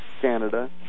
Canada